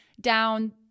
down